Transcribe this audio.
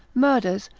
murders,